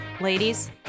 Ladies